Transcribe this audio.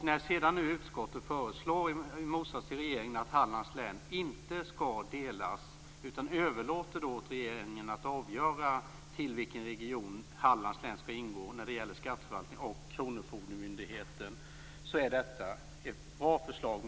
När utskottet sedan, i motsats till regeringen, föreslår att Hallands län inte skall delas utan överlåter till regeringen att avgöra i vilken region Hallands län skall ingå när det gäller skatteförvaltning och kronofogdemyndighet, menar jag att det är ett bra förslag.